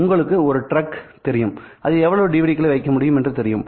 உங்களுக்கு ஒரு டிரக் தெரியும் அதில் எவ்வளவு டிவிடிக்களை வைக்க முடியும் என்று தெரியும்